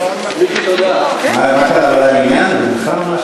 מה קרה, לא היה מניין למנחה או משהו?